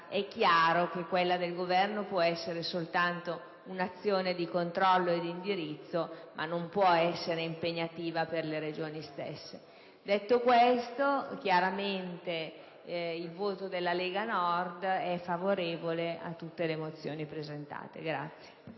è chiaro che quella del Governo può essere soltanto un'azione di controllo e d'indirizzo, ma non può essere impegnativa per le Regioni stesse. Detto questo, il voto del Gruppo della Lega Nord è favorevole a tutte le mozioni presentate.